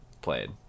played